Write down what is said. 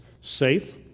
safe